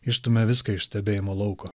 išstumia viską iš stebėjimo lauko